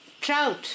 Trout